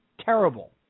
Terrible